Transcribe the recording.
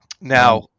Now